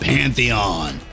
Pantheon